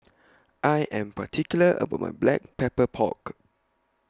I Am particular about My Black Pepper Pork